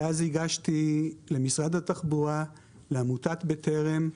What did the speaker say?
שאז הגשתי למשרד התחבורה, לעמותת בטרם,